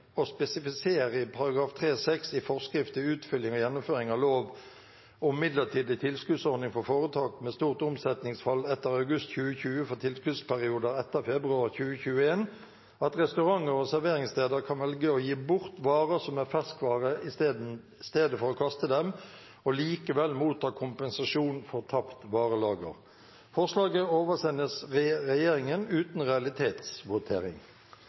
å spesifisere i § 3-6 i forskrift til utfylling og gjennomføring av lov om midlertidig tilskuddsordning for foretak med stort omsetningsfall etter august 2020 for tilskuddsperioder etter februar 2021, at restauranter og serveringssteder kan velge å gi bort varer som er ferskvare i stedet for å kaste dem, og likevel motta kompensasjon for tapt varelager.» Forslaget oversendes regjeringen uten realitetsvotering.